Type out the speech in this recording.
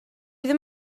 ddim